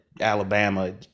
Alabama